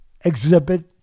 exhibit